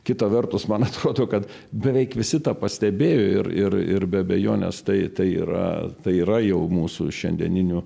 kita vertus man atrodo kad beveik visi tą pastebėjo ir ir ir be abejonės tai tai yra tai yra jau mūsų šiandieninių